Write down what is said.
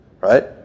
right